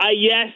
Yes